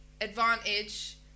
advantage